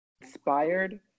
inspired